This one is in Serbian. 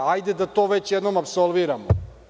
Hajde da to već jednom apsolviramo.